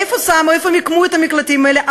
איפה מיקמו את המקלטים האלה,